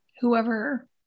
whoever